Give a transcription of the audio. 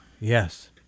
Yes